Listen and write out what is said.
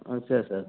ம் சரி சார்